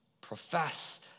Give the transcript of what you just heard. Profess